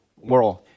world